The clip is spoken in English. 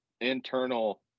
internal